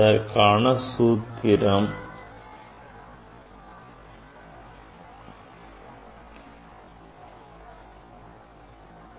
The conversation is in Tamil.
இதற்கான சூத்திரம் take log and then differentiate that one